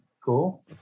cool